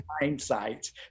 hindsight